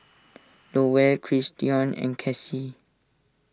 Lowell Christion and Kassie